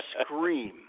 scream